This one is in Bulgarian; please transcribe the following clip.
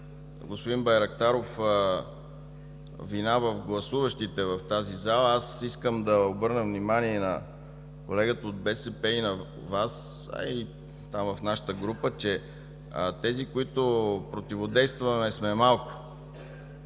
Господин Байрактаров, преди да видим вина в гласуващите в тази зала, искам да обърна внимание на колегата от БСП, на Вас и в нашата група, че тези, които противодействаме, сме малко,